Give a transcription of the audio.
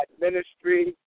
ministry